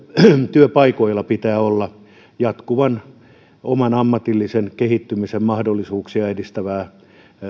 työpaikoilla pitää olla jatkuvan oman ammatillisen kehittymisen mahdollisuuksia edistävää